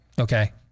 Okay